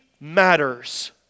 matters